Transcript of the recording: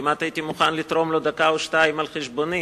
כמעט הייתי מוכן לתרום לו דקה או שתיים על חשבוני,